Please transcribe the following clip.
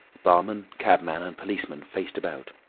barman, cabman, and policeman faced about.